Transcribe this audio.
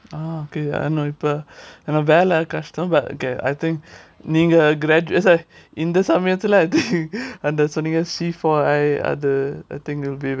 ah okay இப்ப ஏனா வேல கஷ்டம்:ippa yaenaa vela kashtam but okay I think நீங்க இந்த சமயத்துல:neenga intha samayathula C four I அந்த சொன்ணீங்க:antha sonneenga I think it'll be very